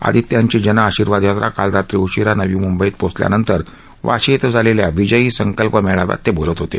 आदित्य यांची जनआशीर्वाद यात्रा काल रात्री उशीरा नवी म्ंबईत पोहचल्यानंतर वाशी इथं झालेल्या विजयी संकल्प मेळाव्यात ते बोलत होते